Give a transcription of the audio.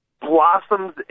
blossoms